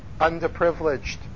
underprivileged